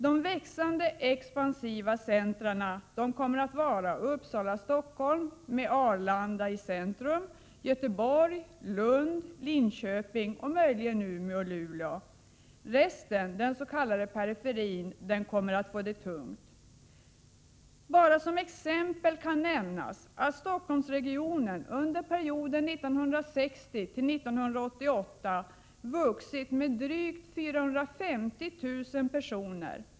De växande centrerna kommer att vara Uppsala-Stockholm med Arlanda som centralpunkt, Göteborg, Linköping och möjligen Umeå och Luleå. Resten, den s.k. periferin, kommer att få det tungt. Bara som exempel kan nämnas att Stockholmsregionen under perioden 1960-1988 vuxit med drygt 450 000 personer.